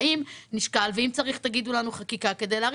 האם נשקלת חקיקה כדי להאריך?